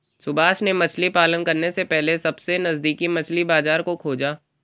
सुभाष ने मछली पालन करने से पहले सबसे नजदीकी मछली बाजार को खोजा